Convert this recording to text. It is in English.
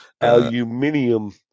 aluminium